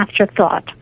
afterthought